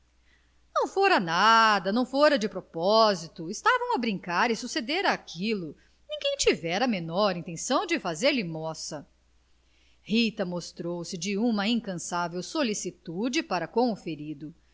não fora nada não fora de propósito estavam a brincar e sucedera aquilo ninguém tivera a menor intenção de fazer-lhe mossa rita mostrou-se de uma incansável solicitude para com o ferido